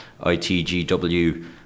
ITGW